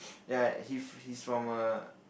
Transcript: ya he he's from a